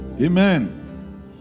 Amen